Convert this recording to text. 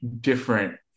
different